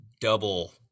double